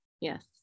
yes